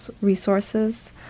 resources